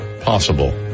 possible